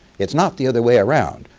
it's not the other way around.